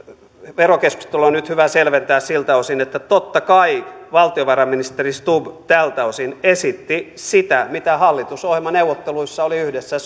verokeskustelua on nyt hyvä selventää siltä osin että totta kai valtiovarainministeri stubb tältä osin esitti sitä mitä hallitusohjelmaneuvotteluissa oli yhdessä